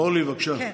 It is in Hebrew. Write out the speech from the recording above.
אורלי, בבקשה.